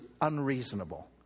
unreasonable